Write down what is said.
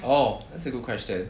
orh that's a good question